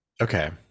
Okay